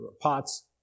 pots